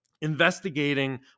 investigating